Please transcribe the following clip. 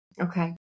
Okay